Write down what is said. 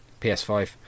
PS5